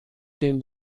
den